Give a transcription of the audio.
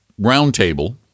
roundtable